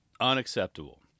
Unacceptable